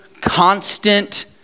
constant